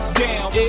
down